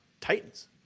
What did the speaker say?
Titans